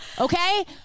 Okay